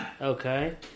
Okay